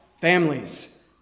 Families